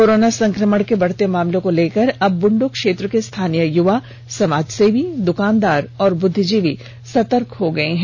corona संकमण के बढ़ते मामलों को लेकर अब बुण्ड् क्षेत्र के स्थानीय युवा समाजसेवी दूकानदार और बुद्धिजीवी सतर्क हो गये हैं